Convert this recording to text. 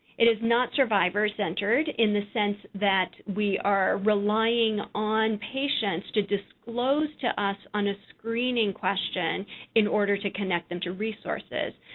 it is not survivor-centered in the sense that we are relying on patients to disclose to us on a screening question in order to connect them to resources,